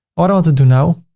what i want to do now,